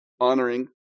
honoring